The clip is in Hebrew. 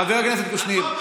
חבר הכנסת קושניר,